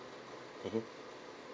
mmhmm